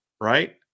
right